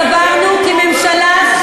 סברנו כי ממשלה,